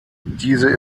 diese